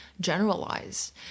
generalize